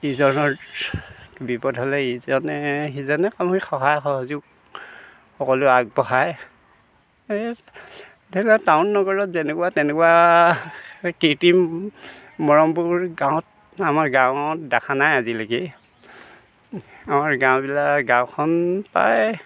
ইজনৰ বিপদ হ'লে ইজনে সিজনে আমি সহায় সহযোগ সকলোৱে আগবঢ়ায় ধৰি লওক টাউন নগৰত যেনেকুৱা তেনেকুৱা কৃত্ৰিম মৰমবোৰ গাঁৱত আমাৰ গাঁৱত দেখা নাই আজিলৈকে আমাৰ গাঁওবিলাক গাঁৱখন প্ৰায়